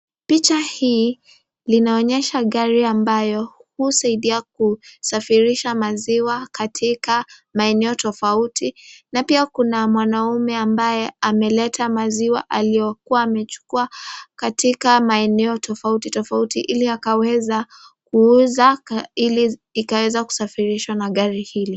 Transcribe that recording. Picha hii linaonyesha gari ambayo usadia kusafirisha maziwa katika maeneo tofauti, na pia kuna mwanaume ambaye ameleta maziwa aliyokuwa amechukuwa katika maeneo tofauti tofauti hili akaweza kuuza hili ikaweza kusafirisha na gari hili.